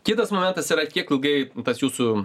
kitas momentas yra kiek ilgai tas jūsų